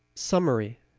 summary.